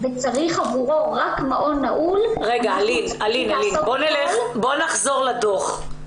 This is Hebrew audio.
בואי נחזור לדוח.